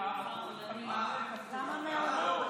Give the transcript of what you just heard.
גם המעונות,